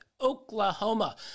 Oklahoma